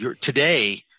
today